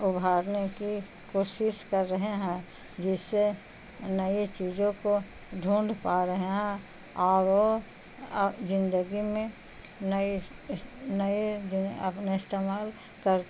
ابھارنے کی کوشش کر رہے ہیں جس سے نئی چیزوں کو ڈھونڈھ پا رہے ہیں اور وہ زندگی میں نئی نئی اپنا استعمال کر